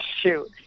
shoot